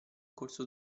corso